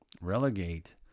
relegate